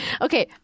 Okay